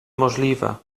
możliwe